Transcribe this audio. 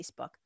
Facebook